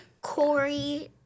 Corey